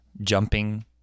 jumping